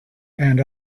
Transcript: and